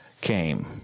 came